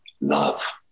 love